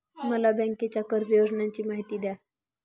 मला बँकेच्या कर्ज योजनांची माहिती द्या